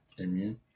Amen